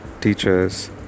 teachers